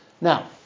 now